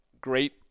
great